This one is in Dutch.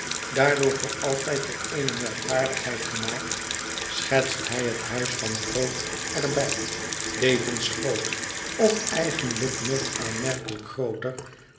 daardoor voor altijd tot eene merkwaardigheid gemaakt schetst hij het huis van kr ook er hij levensgroot of eigenlijk nog aanmerkelijk grooter